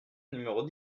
numéros